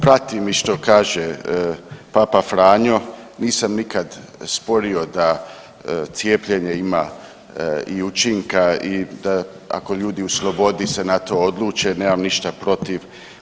Pratim i što kaže Papa Franjo, nisam nikad sporio da cijepljenje ima i učinka i da ako ljudi u slobodi se na to odluče, nemam ništa protiv.